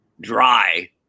dry